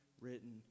written